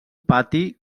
pati